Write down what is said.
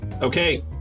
Okay